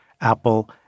Apple